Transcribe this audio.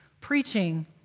preaching